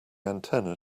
antenna